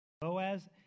Boaz